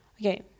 okay